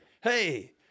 Hey